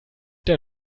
der